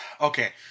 okay